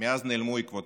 נעלמו עקבותיו.